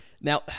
Now